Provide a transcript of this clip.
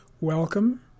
Welcome